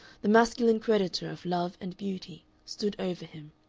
the masculine creditor of love and beauty, stood over him,